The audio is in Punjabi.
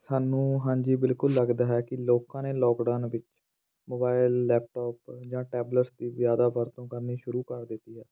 ਸਾਨੂੰ ਹਾਂਜੀ ਬਿਲਕੁਲ ਲੱਗਦਾ ਹੈ ਕਿ ਲੋਕਾਂ ਨੇ ਲੋਕਡਾਊਨ ਵਿੱਚ ਮੋਬਾਇਲ ਲੈਪਟੋਪ ਜਾਂ ਟੈਬਲੇਟਸ ਦੀ ਜ਼ਿਆਦਾ ਵਰਤੋਂ ਕਰਨੀ ਸ਼ੁਰੂ ਕਰ ਦਿੱਤੀ ਹੈ